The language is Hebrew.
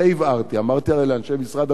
אמרתי הרי לאנשי משרד הביטחון היום,